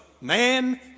man